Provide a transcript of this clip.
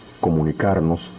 comunicarnos